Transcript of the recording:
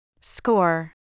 Score